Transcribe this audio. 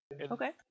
Okay